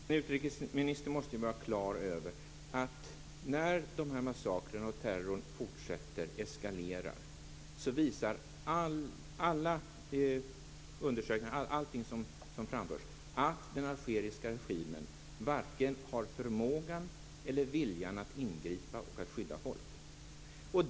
Fru talman! Utrikesministern måste vara klar över att när massakrerna och terrorn fortsätter och eskalerar visar alla undersökningar och allt som framförts att den algeriska regimen varken har förmågan eller viljan att ingripa och skydda människor.